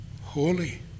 holy